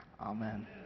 Amen